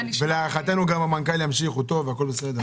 להערכתנו גם המנכ"ל ימשיך, הוא טוב, הכול בסדר.